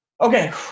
Okay